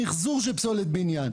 גם למחזור של פסולת בניין.